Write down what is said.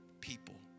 people